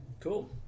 Cool